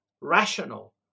rational